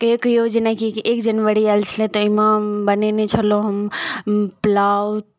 कहिओ कहिओ जेनाकि एक जनवरी आयल छलै ताहिमे बनेने छलहुँ हम पुलाव